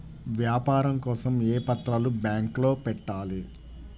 వ్యాపారం కోసం ఏ పత్రాలు బ్యాంక్లో పెట్టాలి?